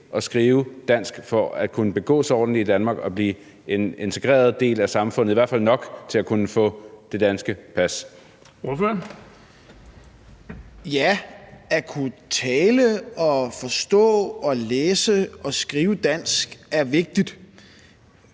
og skrive dansk for at kunne begå sig ordentligt i Danmark og blive en integreret del af samfundet, i hvert fald nok til at kunne få det danske pas? Kl. 14:44 Den fg. formand (Erling Bonnesen): Ordføreren.